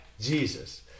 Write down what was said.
Jesus